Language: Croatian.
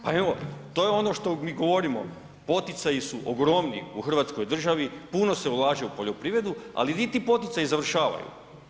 Pa evo to je ono što mi govorimo, poticaji su ogromni u Hrvatskoj državi, puno se ulaže u poljoprivredu ali di ti poticaji završavaju?